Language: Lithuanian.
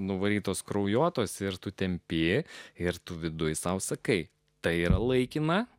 nuvarytos kraujuotos ir tu tempi ir tu viduj sau sakai tai yra laikymą